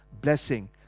blessing